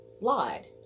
lied